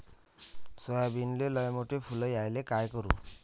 सोयाबीनले लयमोठे फुल यायले काय करू?